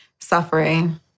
suffering